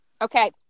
Okay